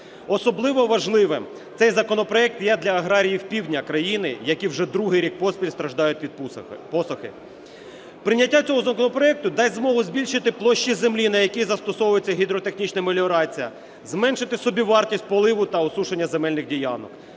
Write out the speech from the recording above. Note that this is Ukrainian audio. Особливо важливим цей законопроект є для аграріїв півдня країни, які вже другий рік поспіль страждають від посухи. Прийняття цього законопроекту дасть змогу збільшити площі землі, на якій застосовується гідротехнічна меліорація, зменшити собівартість поливу та осушення земельних ділянок.